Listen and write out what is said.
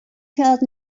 felt